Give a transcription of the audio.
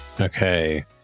Okay